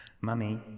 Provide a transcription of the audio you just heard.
Mummy